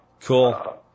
Cool